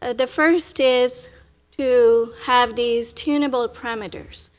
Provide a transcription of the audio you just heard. ah the first is to have these tuneable parameters,